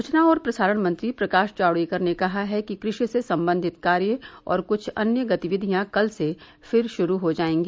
सुचना और प्रसारण मंत्री प्रकाश जावडेकर ने कहा है कि कृषि से संबंधित कार्य और क्छ अन्य गतिविधियां कल से फिर शुरू हो जायेंगी